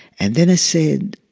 and then i said,